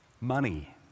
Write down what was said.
money